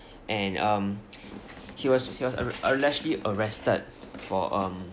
and um he was he was uh allegedly arrested for um